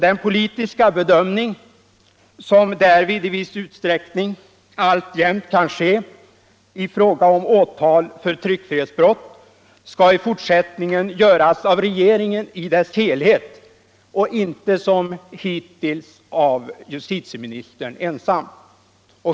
Den politiska bedömning som därvid i viss utsträckning alltjämt kan ske genom åtal för tryckfrihetsbrott skall i fortsättningen göras av regeringen i dess helhet och inte som hittills av justitieministern ensam.